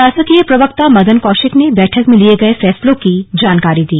शासकीय प्रवक्ता मदन कौशिक ने बैठक में लिये गए फैसलों की जानकारी दी